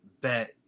bet